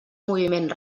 moviment